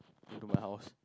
into my house